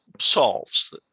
solves